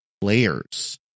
players